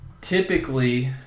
typically